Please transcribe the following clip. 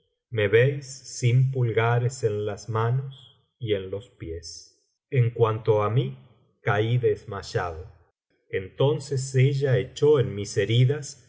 me veis sin pulgares en las manos y en los pies en cuanto á mí caí desmayado entonces ella echó en mis heridas